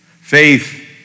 Faith